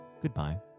goodbye